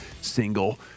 single